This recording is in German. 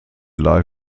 live